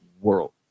world